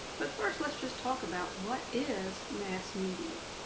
but first, let's just talk about what is mass media.